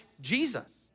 Jesus